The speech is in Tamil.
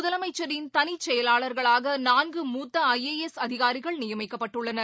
முதலமைச்சரின் தனிச்செயலர்களாக நான்கு மூத்த ஐ ஏ எஸ் அதிகாரிகள் நியமிக்கப்பட்டுள்ளனர்